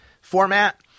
format